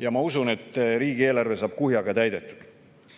ja ma usun, et riigieelarve saab kuhjaga täidetud. Aga